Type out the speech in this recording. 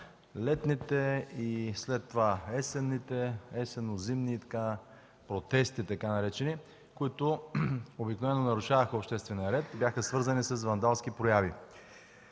летните, след това есенните, есенно-зимните така наречени „протести”, които обикновено нарушаваха обществения ред и бяха свързани с вандалски прояви.